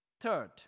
Third